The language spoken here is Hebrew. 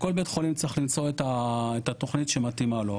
לכל בית חולים צריך למצוא את התוכנית שמתאימה לו.